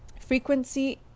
frequency